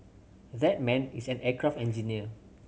that man is an aircraft engineer